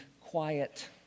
quiet